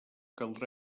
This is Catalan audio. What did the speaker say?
caldrà